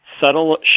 subtle